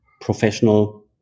professional